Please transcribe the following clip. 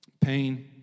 pain